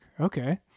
Okay